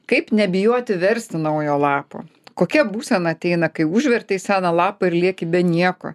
kaip nebijoti versti naujo lapo kokia būsena ateina kai užvertei seną lapą ir lieki be nieko